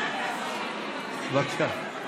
בבקשה.